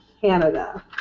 Canada